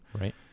Right